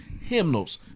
hymnals